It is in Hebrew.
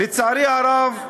לצערי הרב,